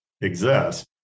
exist